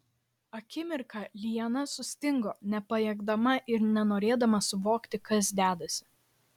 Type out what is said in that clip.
akimirką liana sustingo nepajėgdama ir nenorėdama suvokti kas dedasi